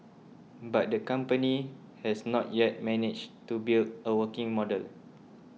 but the company has not yet managed to build a working model